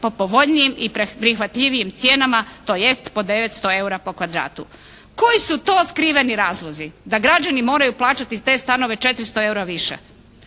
po povoljnijim i prihvatljivijim cijenama, tj. po 900 eura po kvadratu. Koji su to skriveni razlozi da građani moraju plaćati te stanove 400 eura više?